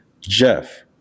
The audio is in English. Jeff